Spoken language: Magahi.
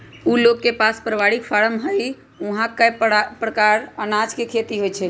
उ लोग के पास परिवारिक फारम हई आ ऊहा कए परकार अनाज के खेती होई छई